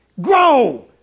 Grow